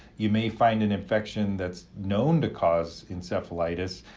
you may find an infection that's known to cause encephalitis,